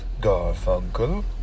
Garfunkel